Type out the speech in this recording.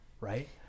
right